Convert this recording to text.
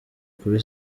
kuri